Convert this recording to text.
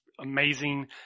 amazing